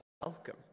welcome